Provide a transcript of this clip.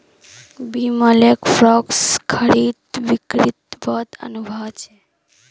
बिमलक फॉरेक्स खरीद बिक्रीत बहुत अनुभव छेक